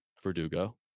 Verdugo